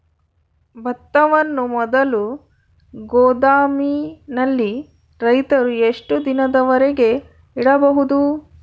ಭತ್ತವನ್ನು ಮೊದಲು ಗೋದಾಮಿನಲ್ಲಿ ರೈತರು ಎಷ್ಟು ದಿನದವರೆಗೆ ಇಡಬಹುದು?